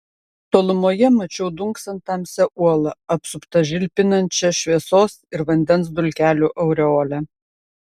tolumoje mačiau dunksant tamsią uolą apsuptą žilpinančia šviesos ir vandens dulkelių aureole